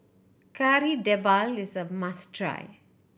Kari Debal is a must try